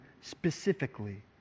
specifically